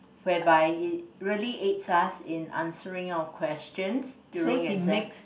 whereby it really aids us in answering of questions during exam